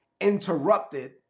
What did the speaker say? interrupted